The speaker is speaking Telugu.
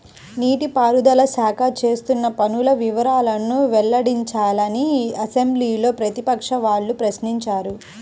నీటి పారుదల శాఖ చేస్తున్న పనుల వివరాలను వెల్లడించాలని అసెంబ్లీలో ప్రతిపక్షం వాళ్ళు ప్రశ్నించారు